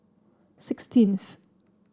sixteenth